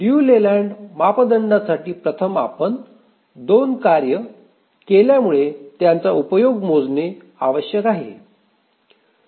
लियू लेलँड मापदंडासाठी प्रथम आपण 2 कार्ये केल्यामुळे त्यांचा उपयोग मोजणे आवश्यक आहे